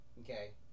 okay